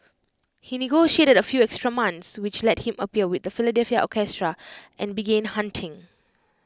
he negotiated A few extra months which let him appear with the Philadelphia orchestra and began hunting